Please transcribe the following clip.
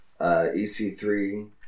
EC3